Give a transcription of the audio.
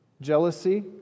jealousy